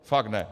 Fakt ne.